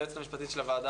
היועצת המשפטית של הוועדה,